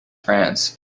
france